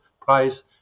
price